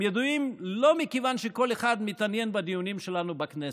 הם ידועים לא מכיוון שכל אחד מתעניין בדיונים שלנו בכנסת,